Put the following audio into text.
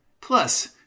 Plus